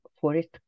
forest